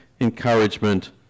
encouragement